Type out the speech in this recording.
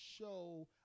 show